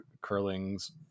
Curlings